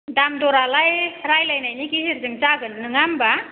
दाम दरालाय रायलायनायनि गेजेरजों जागोन नङा होनबा